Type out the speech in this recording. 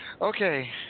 okay